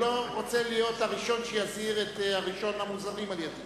ולא רוצה להיות הראשון שיזהיר את ראשון המוזהרים על-ידי.